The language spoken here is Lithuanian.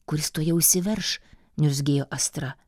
kuris tuojau išsiverš niuzgėjo astra